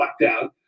lockdown